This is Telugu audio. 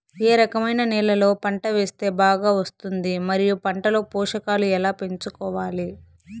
ఏ రకమైన నేలలో పంట వేస్తే బాగా వస్తుంది? మరియు పంట లో పోషకాలు ఎలా పెంచుకోవాలి?